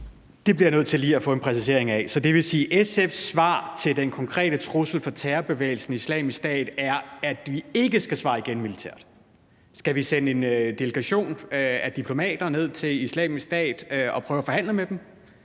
Det bliver jeg nødt til lige at få en præcisering af. Det vil sige, at SF's svar på den konkrete trussel fra terrorbevægelsen Islamisk Stat er, at vi ikke skal svare igen militært. Skal vi sende en delegation af diplomater ned til Islamisk Stat og prøve at forhandle med dem,